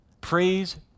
Praise